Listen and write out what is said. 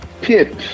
Pip